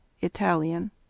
Italian